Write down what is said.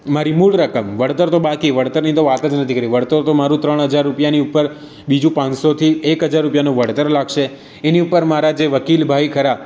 મારી મૂળ રકમ વળતર તો બાકી વળતરની તો વાત જ નથી કરી વળતર તો મારું ત્રણ હજાર રૂપિયાની ઉપર બીજું પાંચસોથી એક હજાર રૂપિયાનું વળતર લાગશે એની ઉપર મારા જે વકીલ ભાઈ ખરા